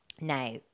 Now